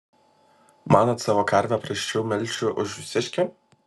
manot savo karvę prasčiau melšiu už jūsiškę